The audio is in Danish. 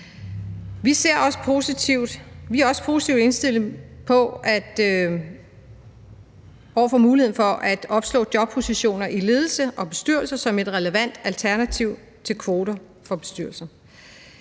Vi er også positivt indstillet over for muligheden for at opslå jobpositioner i ledelser og bestyrelser som et relevant alternativ til kvoter for bestyrelser.